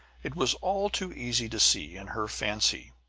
it was all too easy to see, in her fancy,